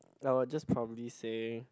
I would just probably say